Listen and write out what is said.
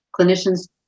clinicians